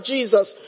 Jesus